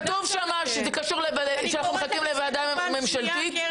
כתוב שם שאנחנו מחכים לוועדה ממשלתית?